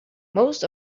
most